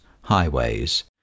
highways